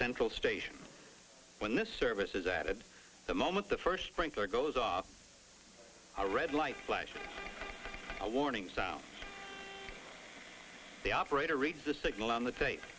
central station when this service is at the moment the first sprinkler goes off a red light flashing warning sound the operator reads the signal on the tape